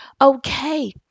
okay